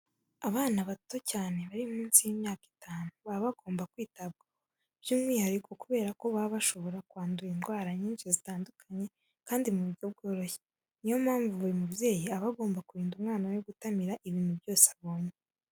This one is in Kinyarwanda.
Abana bato cyane bari munsi y'imyaka itanu baba bagomba kwitabwaho by'umwihariko kubera ko baba bashobora kwandura indwara nyinshi zitandukanye kandi mu buryo bworoshye. Ni yo mpamvu buri mubyeyi aba agomba kurinda umwana we gutamira ibintu byose abonye.